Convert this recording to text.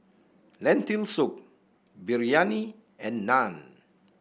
Lentil Soup Biryani and Naan